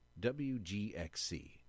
WGXC